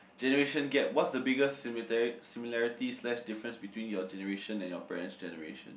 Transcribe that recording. generation gap what's the biggest simitary similarities slash difference between your generation and your parents generation